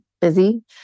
busy